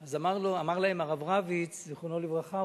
אז אמר להם הרב רביץ, זיכרונו לברכה: